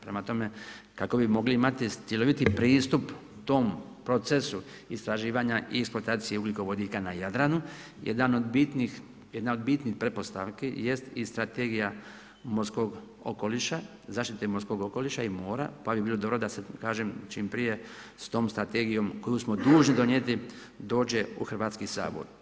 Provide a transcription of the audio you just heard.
Prema tome, kako bi mogli imati cjeloviti pristup tom procesu istraživanja i eksploatacije ugljikovodika na Jadranu jedna od bitnih pretpostavki jest i Strategija morskog okoliša, zaštite morskog okoliša i mora pa bi bilo dobro kažem da se čim prije s tom strategijom koju smo dužni donijeti dođe u Hrvatski sabor.